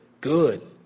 Good